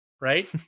right